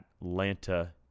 Atlanta